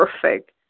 perfect